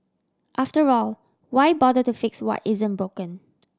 after all why bother to fix what isn't broken